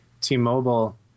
T-Mobile